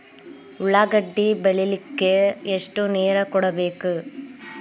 ಉಳ್ಳಾಗಡ್ಡಿ ಬೆಳಿಲಿಕ್ಕೆ ಎಷ್ಟು ನೇರ ಕೊಡಬೇಕು?